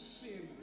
sin